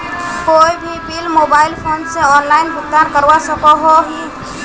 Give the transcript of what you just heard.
कोई भी bill mobile phone से ऑनलाइन भुगतान करवा सकोहो ही?